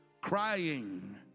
crying